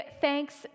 thanks